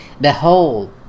Behold